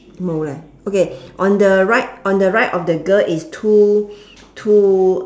mou leh okay on the right on the right of the girl is two two